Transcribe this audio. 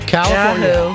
California